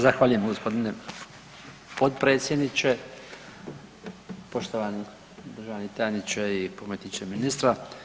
Zahvaljujem gospodine potpredsjedniče, poštovani državni tajniče i pomo ni e ministra.